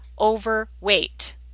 overweight